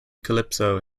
calypso